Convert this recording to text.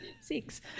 Six